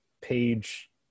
page